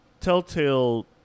telltale